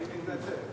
אני מתנצל.